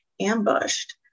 ambushed